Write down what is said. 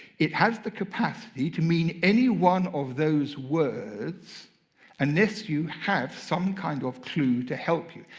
it has the capacity to mean any one of those words unless you have some kind of clue to help you.